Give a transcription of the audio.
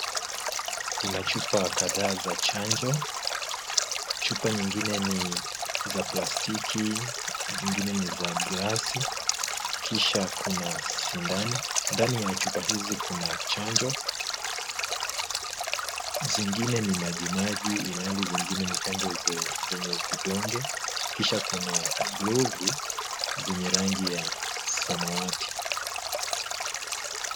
Kuna chupa kadhaa za chanjo. Chupa nyingine ni za plastiki zingine ni za glasi, kisha kuna sindani. Ndani ya chupa hizi kuna chanjo, zingine ni maji maji ilhali zingine ni chanjo zenye vidonge, kisha kuna glovu zenye rangi ya samawati.